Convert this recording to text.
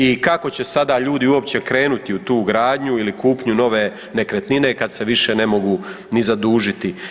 I kako će sada ljudi uopće krenuti u tu gradnju ili kupnju nove nekretnine kad se više ne mogu ni zadužiti?